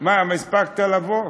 אילן, מה, הספקת לבוא?